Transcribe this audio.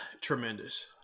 tremendous